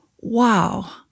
wow